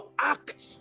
act